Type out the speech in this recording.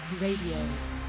Radio